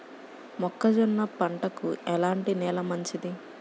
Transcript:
మొక్క జొన్న పంటకు ఎలాంటి నేల మంచిది?